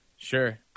Sure